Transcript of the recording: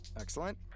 Excellent